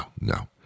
no